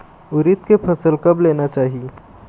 उरीद के फसल कब लेना चाही?